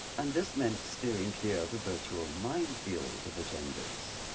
and this meant steering clear of a virtual minefield of agendas.